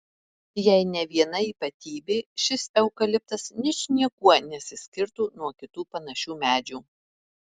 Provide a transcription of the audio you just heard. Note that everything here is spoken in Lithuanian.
jei ne viena ypatybė šis eukaliptas ničniekuo nesiskirtų nuo kitų panašių medžių